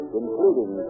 including